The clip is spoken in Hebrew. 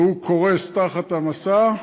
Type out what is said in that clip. והוא קורס תחת המשא,